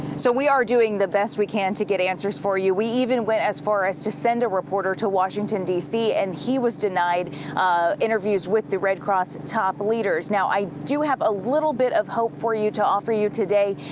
so we are doing the best we can to get answers for you. we even went as far as to send a reporter to washington, d c. and he was denied interviews with the red cross top leader i do have a little bit of hope for you to offer you today.